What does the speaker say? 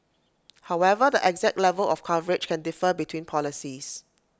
however the exact level of coverage can differ between policies